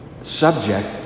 subject